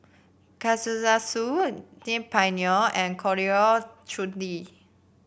Kalguksu Saag Paneer and Coriander Chutney